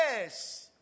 yes